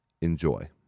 Enjoy